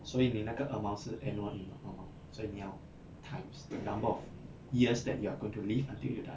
所以你那个 amount 是 annual amount 所以你要 times the number of years that you are going to live until you die